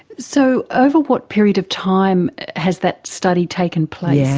so over what period of time has that study taken place?